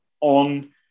on